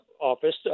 office